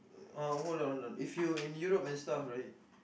oh hold on hold on if you were in Europe and stuff right